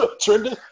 trending